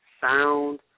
sound